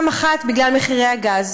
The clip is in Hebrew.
1. בגלל מחירי הגז.